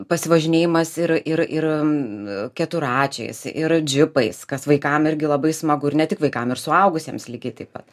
pasivažinėjimas ir ir ir keturračiais ir džipais kas vaikam irgi labai smagu ir ne tik vaikam ir suaugusiems lygiai taip pat